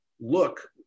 look